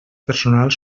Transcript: personals